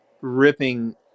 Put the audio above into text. ripping